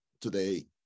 today